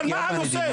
אבל מה הנושא?